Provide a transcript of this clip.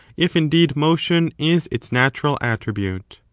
if indeed motion is its natural attribute.